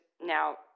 now